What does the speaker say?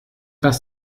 pas